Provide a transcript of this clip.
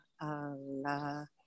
Allah